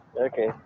Okay